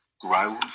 grow